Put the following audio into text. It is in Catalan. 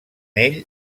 ell